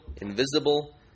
invisible